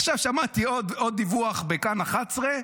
עכשיו שמעתי עוד דיווח בכאן 11,